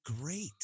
great